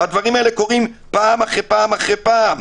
הדברים האלה קורים פעם אחרי פעם אחרי פעם,